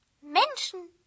Menschen